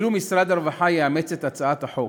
אם יאמץ משרד הרווחה את הצעת החוק,